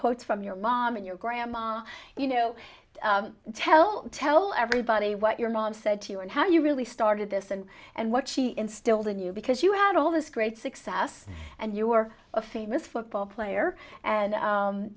quotes from your mom and your grandma you know tell tell everybody what your mom said to you and how you really started this and and what she instilled in you because you had all this great success and you were a famous football player and